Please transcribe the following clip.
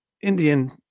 Indian